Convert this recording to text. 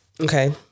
Okay